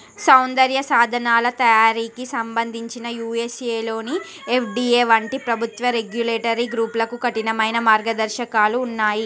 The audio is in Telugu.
సౌందర్య సాధనాల తయారీకి సంబంధించి యూఎస్ఏలోని ఎఫ్డిఏ వంటి ప్రభుత్వ రెగ్యులేటరీ గ్రూప్లకు కఠినమైన మార్గదర్శకాలు ఉన్నాయి